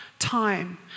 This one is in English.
time